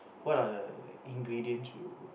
what are the like ingredients you